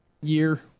year